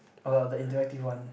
oh the interactive one